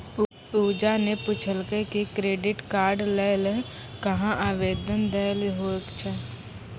पूजा ने पूछलकै कि क्रेडिट कार्ड लै ल कहां आवेदन दै ल होय छै